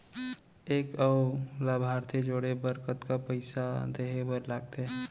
एक अऊ लाभार्थी जोड़े बर कतका पइसा देहे बर लागथे?